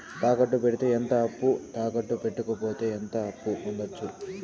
తాకట్టు పెడితే ఎంత అప్పు, తాకట్టు పెట్టకపోతే ఎంత అప్పు పొందొచ్చు?